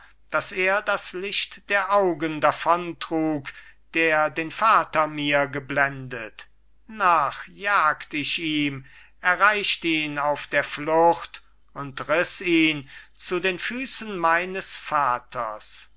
dass er das licht der augen davontrug der den vater mir geblendet nach jagt ich ihm erreicht ihn auf der flucht und riss ihn zu den füßen meines vaters